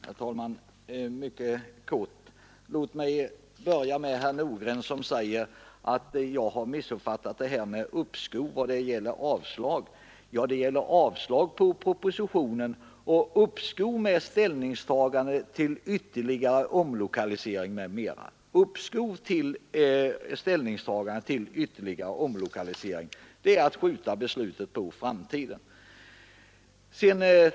Herr talman! Jag skall fatta mig mycket kort. Låt mig börja med herr Nordgren, som säger att jag har missuppfattat detta med uppskov eller avslag. Ja, det gäller avslag på propositionen och uppskov med ställningstagandet till ytterligare omlokalisering m.m. Uppskov med ställningstagandet till ytterligare omlokalisering — det är att skjuta beslutet på framtiden.